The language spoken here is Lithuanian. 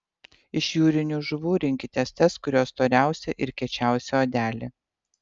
iš jūrinių žuvų rinkitės tas kurių storiausia ir kiečiausia odelė